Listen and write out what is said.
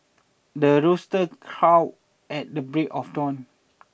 the rooster crow at the break of dawn